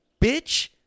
bitch